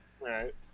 Right